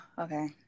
Okay